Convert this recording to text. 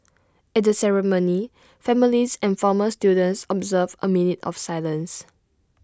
at the ceremony families and former students observed A minute of silence